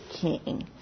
king